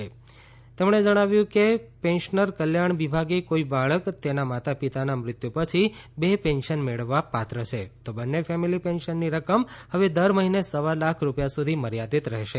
મંત્રીએ કહ્યું કે પેન્શનર કલ્યાણ વિભાગે કોઈ બાળક તેના માતાપિતાના મૃત્યુ પછી બે પેન્શન મેળવવા પાત્ર છે તો બંને ફેમિલી પેન્શનની રકમ હવે દર મહિને સવા લાખ રૂપિયા સુધી મર્યાદિત રહેશે